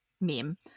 meme